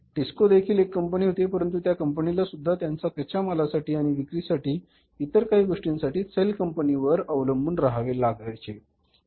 टिस्को देखील एक कंपनी होती परंतु त्या कंपनीला सुध्दा त्यांच्या कच्च्या मालासाठी आणि विक्रीसाठी तसेच इतर काही गोष्टींसाठी सेल कंपनी वर अवलंबून राहावे लागले